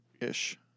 ish